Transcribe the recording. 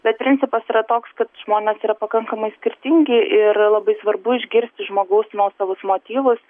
bet principas yra toks kad žmonės yra pakankamai skirtingi ir labai svarbu išgirsti žmogaus nuosavus motyvus